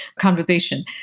conversation